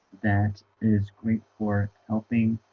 that is great for helping